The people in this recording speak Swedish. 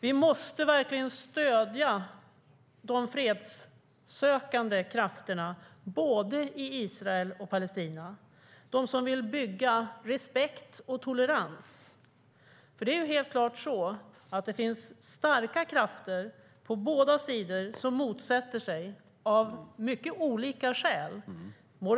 Vi måste verkligen stödja de fredssökande krafterna både i Israel och i Palestina, de som vill bygga respekt och tolerans. Det är helt klart att det finns starka krafter på båda sidor som, av mycket olika skäl, motsätter sig en tvåstatslösning.